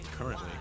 Currently